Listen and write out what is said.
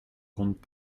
compte